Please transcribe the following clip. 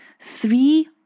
Three